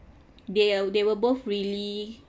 they are they were both really